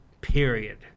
period